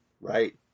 Right